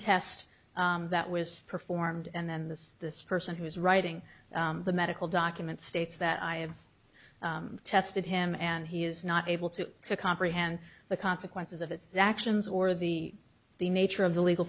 test that was performed and then this this person who is writing the medical document states that i have tested him and he is not able to comprehend the consequences of its actions or the the nature of the legal